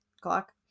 clock